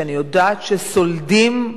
שאני יודעת שסולדים,